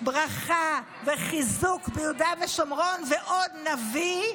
ברכה וחיזוק ביהודה ושומרון, ועוד נביא.